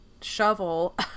shovel